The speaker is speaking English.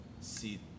see